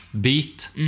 beat